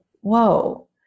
Whoa